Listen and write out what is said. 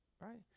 Right